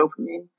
dopamine